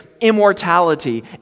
immortality